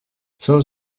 son